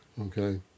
Okay